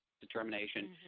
determination